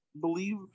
believe